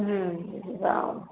ଆଉ